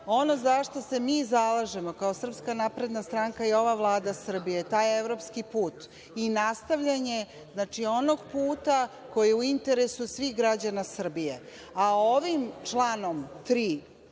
ono za šta se mi zalažemo, kao Srpska napredna stranka i ova Vlada Srbije, taj evropski put i nastavljanje onog puta koji je u interesu svih građana Srbije, a ovim članom 3,